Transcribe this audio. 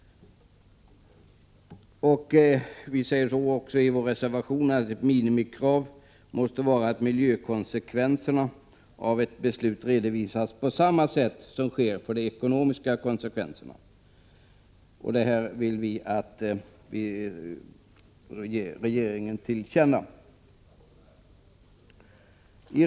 Vi säger också i reservationen att ett minimikrav måste vara att miljökonsekvenserna av ett beslut redovisas på samma sätt som sker med de ekonomiska konsekvenserna. Detta vill vi ge regeringen till känna.